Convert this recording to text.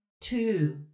two